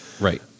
Right